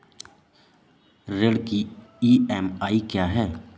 ऋण की ई.एम.आई क्या है?